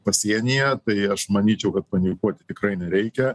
pasienyje tai aš manyčiau kad panikuoti tikrai nereikia